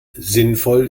sinnvoll